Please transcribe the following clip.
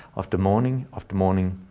after morning after morning,